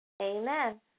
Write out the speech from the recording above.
Amen